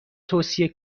توصیه